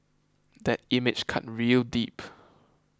that image cut real deep